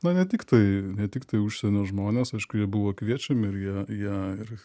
na ne tiktai ne tiktai užsienio žmonės aišku jie buvo kviečiami ir jie jie ir